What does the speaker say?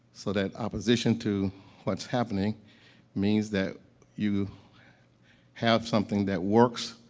so, that opposition to what's happening means that you have something that works,